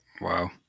Wow